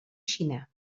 xina